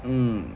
mm